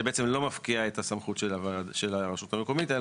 שבעצם לא מפקיע את הסמכות של הרשות המקומית.